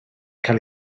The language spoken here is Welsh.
cael